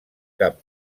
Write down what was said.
cap